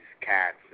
cats